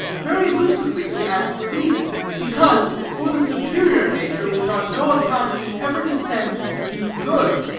very lucidly he adds the reason because, for the superior nature, which on no account can ever descend to do good,